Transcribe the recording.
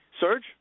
Serge